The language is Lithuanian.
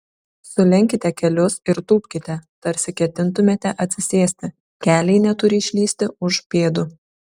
sulenkite kelius ir tūpkite tarsi ketintumėte atsisėsti keliai neturi išlįsti už pėdų